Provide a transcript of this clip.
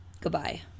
goodbye